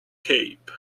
cape